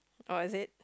or is it